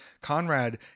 Conrad